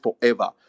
forever